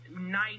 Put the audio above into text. nice